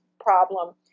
problem